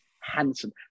handsome